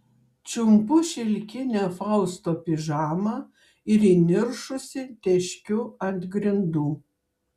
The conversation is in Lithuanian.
čiumpu šilkinę fausto pižamą ir įniršusi teškiu ant grindų